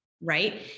right